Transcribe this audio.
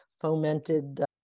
fomented